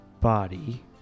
body